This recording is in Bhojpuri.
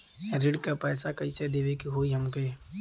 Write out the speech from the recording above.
ऋण का पैसा कइसे देवे के होई हमके?